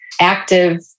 active